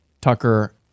Tucker